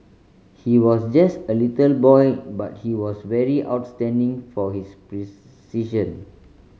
he was just a little boy but he was very outstanding for his